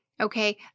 Okay